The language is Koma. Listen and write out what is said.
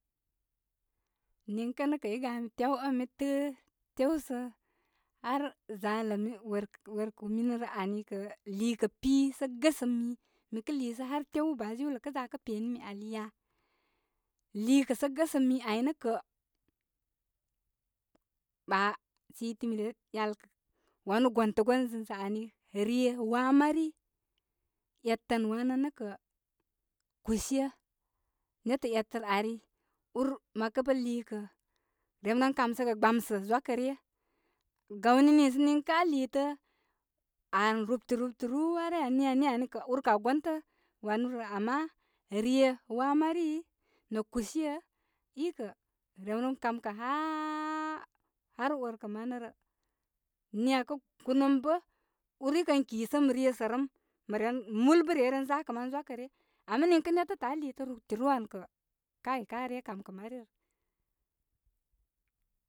Niŋ kə' nə kə' i gamitew ən mi təə' tew sə harzalə mi workə workə minə rə anikə, lii kə' pi sə gəsə mi mikə lii sə har tew baajiwlo kəza sə kə' penimi ali ya? Lii kə sə gəsə mi aynə' kə', ɓa siti mi re'yalkə wanu gontəgon zɨŋsə ani, rye waa mari, etə, wanə nə' kə, kushe, netə ari, ur mə kə bə lii kturn' remren kamsəgə gbamsə' zakə ryə. Gawni nii sə niŋ kə a u liitə' an rupte rupte ruu wara ya, niya niya ani kə ur kə' aa gontə wanu rə. Ama rye waa marii, nə kushee, i kə' remren kamkə haa, har workə manə rə. Niya, kə kunəm bə' ur i kə kisəm rye sərəm, məren mul bə reren za kə man zwakə re. Ama niŋ kə netətə' aa lii tə rupte, rupte ruu an kə kai kaa re kamkə' mari rə.